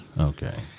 Okay